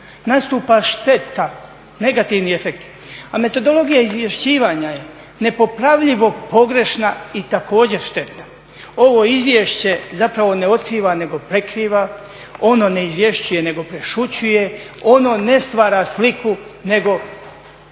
Nastupa šteta, negativni efekt. A metodologija izvješćivanja je nepopravljivo pogrešna i također štetna. Ovo izvješće zapravo ne otkriva nego prekriva, ono ne izvješćuje nego prešućuje, ono ne stvara sliku, nego ono